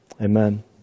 Amen